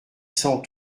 cent